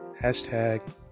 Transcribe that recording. Hashtag